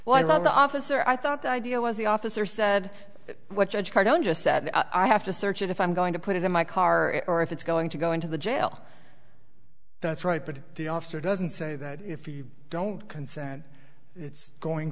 well i love the officer i thought the idea was the officer said what judge hard on just said i have to search it if i'm going to put it in my car or if it's going to go into the jail that's right but the officer doesn't say that if you don't consent it's going